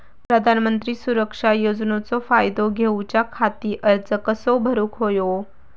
प्रधानमंत्री सुरक्षा योजनेचो फायदो घेऊच्या खाती अर्ज कसो भरुक होयो?